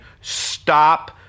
stop